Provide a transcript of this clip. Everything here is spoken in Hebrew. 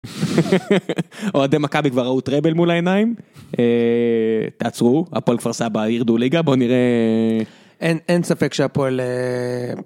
אוהדי מכבי כבר ראו טראבל מול העיניים, הפועל כפר סבא ירדו בליגה, בוא נראה... אין ספק שהפועל...